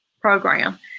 program